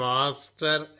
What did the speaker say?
Master